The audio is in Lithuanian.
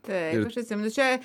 taip aš atsimenu čia